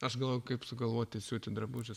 aš galvojau kaip sugalvoti siūti drabužius